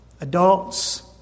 adults